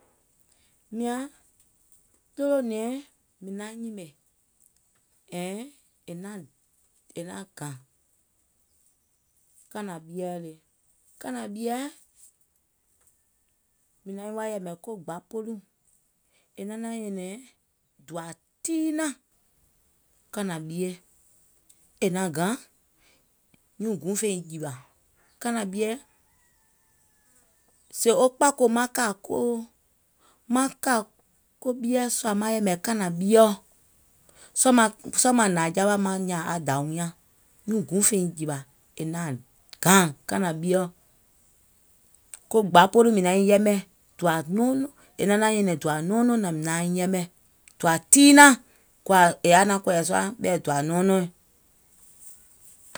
Miàŋ ɗolònɛ̀ɛŋ mìŋ naŋ nyìmè è naŋ gàŋ, kànà bieɛ̀ le, kànà bieɛ̀, mìŋ naiŋ wa yɛ̀mɛ̀ ko Gbàpolù, è naŋ naàŋ nyɛ̀nɛ̀ŋ dòà tiinàŋ, kànà ɓie, è naŋ gàŋ, nyùùŋ guùŋ fèiŋ jìwà. Kànà ɓieɛ̀, sèè wo kpàkòò maŋ kà ko, maŋ kà ko ɓieɛ̀ sùà maŋ yɛ̀mɛ̀ wo kànà ɓieɔ̀, sɔɔ̀ maŋ hnàŋ jawaì maŋ nyààŋ dàwium nyàŋ, nyùùŋ guùŋ fèiŋ jìwà, è naŋ gàŋ, kànà ɓieɔ̀, ko gbapolù mìŋ naiŋ yɛmɛ̀, è naŋ naàŋ nyɛ̀nɛ̀ŋ dòà nɔɔnɔŋ nààŋ mìŋ naiŋ yɛmɛ̀, dòà tiinàŋ, è yaà naàŋ kɔ̀ɛ̀ sùà ɓɛ̀ dòà nɔɔnɔɛ̀ŋ.